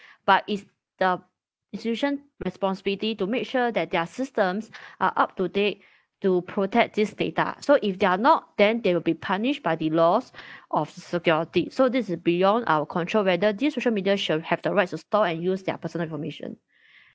but is the institution responsibility to make sure that their systems are up to date to protect this data so if they're not then there will be punished by the laws of security so this is beyond our control whether these social media should have the rights to store and use their personal information